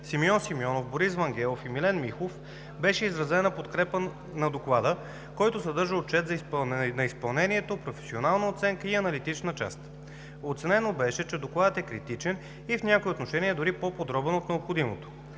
Симеон Симеонов, Борис Вангелов и Милен Михов беше изразена подкрепа на Доклада, който съдържа отчет на изпълнението, професионална оценка и аналитична част. Оценено беше, че Докладът е критичен и в някои отношения е дори по-подробен от необходимото.